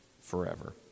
forever